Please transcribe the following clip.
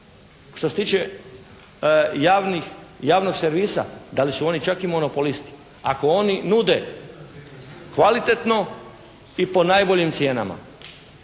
što se tiče javnih, javnog servisa da li su oni čak i monopolisti. Ako oni nude kvalitetno i po najboljim cijenama.